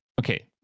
okay